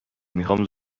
میخام